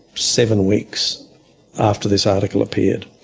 seven weeks after this article appeared.